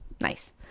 Nice